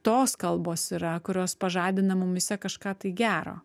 tos kalbos yra kurios pažadina mumyse kažką tai gero